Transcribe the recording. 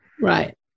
Right